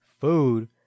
food